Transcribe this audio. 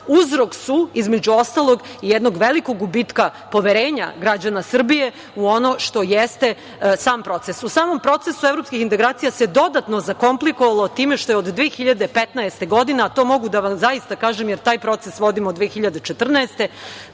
uzrok su, između ostalog, jednog velikog gubitka poverenja građana Srbije u ono što jeste sam proces. U samom procesu evropskih integracija se dodatno zakomplikovalo time što se od 2015. godine, a to mogu da vam kažem, jer taj proces vodim od 2014. godine,